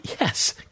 Yes